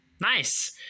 Nice